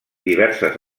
diverses